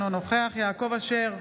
אינו נוכח יעקב אשר,